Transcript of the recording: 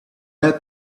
had